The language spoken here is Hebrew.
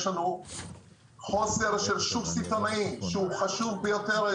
יש לנו חוסר של שוק סיטונאי, שזה דבר חשוב ביותר.